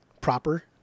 proper